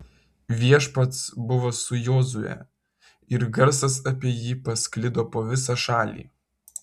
viešpats buvo su jozue ir garsas apie jį pasklido po visą šalį